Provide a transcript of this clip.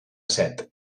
set